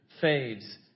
fades